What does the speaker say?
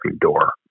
door